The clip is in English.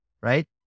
right